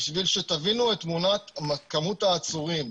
בשביל שתבינו את כמות העצורים,